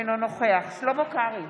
אינו נוכח שלמה קרעי,